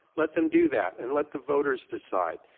let them do that, and let the voters decide.